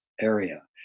area